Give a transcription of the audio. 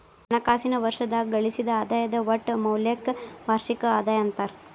ಹಣಕಾಸಿನ್ ವರ್ಷದಾಗ ಗಳಿಸಿದ್ ಆದಾಯದ್ ಒಟ್ಟ ಮೌಲ್ಯಕ್ಕ ವಾರ್ಷಿಕ ಆದಾಯ ಅಂತಾರ